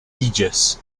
aegis